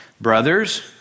Brothers